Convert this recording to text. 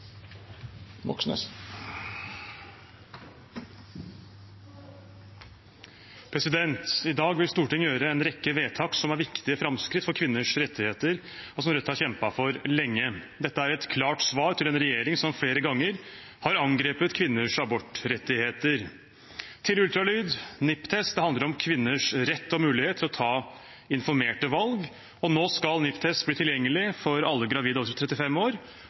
for lenge. Dette er et klart svar til en regjering som flere ganger har angrepet kvinners abortrettigheter. Ultralyd, NIPT-test – det handler om kvinners rett og mulighet til å ta informerte valg. Nå skal NIPT-test bli tilgjengelig for alle gravide over 35 år,